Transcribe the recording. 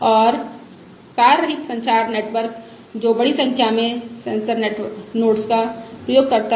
और तार रहित संचार नेटवर्क जो बड़ी संख्या में सेंसर नोड्स का प्रयोग करता है